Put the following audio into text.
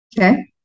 Okay